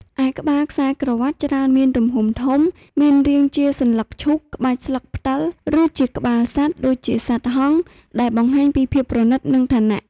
ឯក្បាលខ្សែក្រវាត់ច្រើនមានទំហំធំ មានរាងជាសន្លឹកឈូក ក្បាច់ស្លឹកផ្តិល ឬជាក្បាលសត្វ ដូចជាសត្វហង្ស ដែលបង្ហាញពីភាពប្រណីត និងឋានៈ។